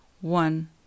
one